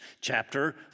chapter